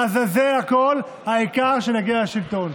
לעזאזל הכול, העיקר שנגיע לשלטון.